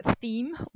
theme